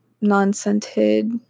non-scented